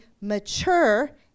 mature